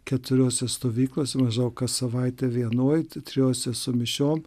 keturiose stovyklose maždaug kas savaitę vienoj trijose su mišiom